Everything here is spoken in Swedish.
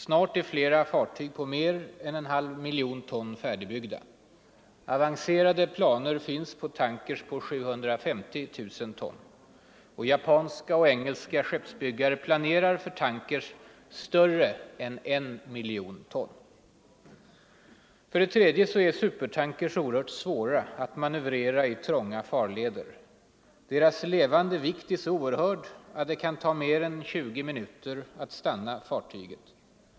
Snart är flera fartyg 109 på mer än en halv miljon ton färdigbyggda. Avancerade planer finns på tankers på 750 000 ton. Japanska och engelska skeppsbyggare planerar för tankers större än en miljon ton. För det tredje är supertankers ytterst svåra att manövrera i trånga farleder. Deras levande vikt är så oerhörd att det kan ta mer än 20 minuter att stanna fartyget.